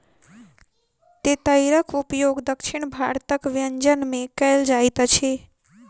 तेतैरक उपयोग दक्षिण भारतक व्यंजन में कयल जाइत अछि